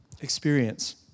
experience